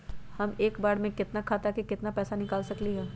हम एक बार में अपना खाता से केतना पैसा निकाल सकली ह?